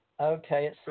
Okay